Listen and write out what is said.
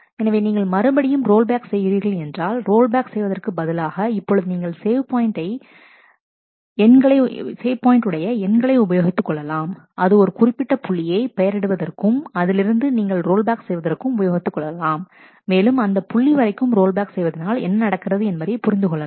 எனவே நீங்கள் மறுபடியும் ரோல்பேக் செய்கிறீர்கள் என்றால் ரோல் பேக் செய்வதற்கு பதிலாக இப்பொழுது நீங்கள் சேவ் பாயிண்ட் உடைய எண்களை உபயோகித்துக்கொள்ளலாம் அது ஒரு குறிப்பிட்ட புள்ளியை பெயர் இடுவதற்கும் அதிலிருந்து நீங்கள் ரோல்பேக் செய்வதற்கும் உபயோகித்துக்கொள்ளலாம் மேலும் அந்த புள்ளி வரைக்கும் ரோல்பேக் செய்வதனால் என்ன நடக்கிறது என்பதை புரிந்து கொள்ளலாம்